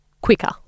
quicker